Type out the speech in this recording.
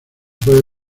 puede